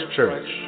Church